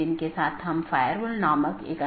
इसलिए हमारे पास BGP EBGP IBGP संचार है